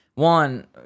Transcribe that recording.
One